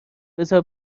بزار